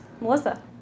Melissa